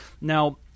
Now